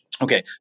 Okay